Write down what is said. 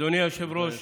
אדוני היושב-ראש,